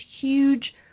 huge